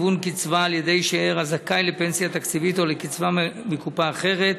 היוון קצבה על ידי שאיר הזכאי לפנסיה תקציבית או לקצבה מקופה אחרת),